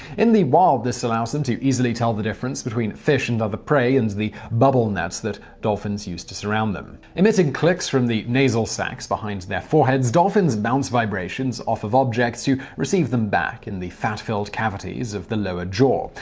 in the wild, this allows them to easily tell the difference between fish and other prey and the bubble nets that dolphins use to surround them. emitting clicks from the nasal sacs behind their foreheads, dolphins bounce vibrations off of objects to receive them back in the fat-filled cavities of the lower jaw.